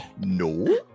No